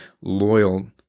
loyal